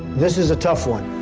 this is a tough one.